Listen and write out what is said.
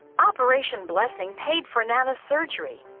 operation blessing paid for nana's surgery.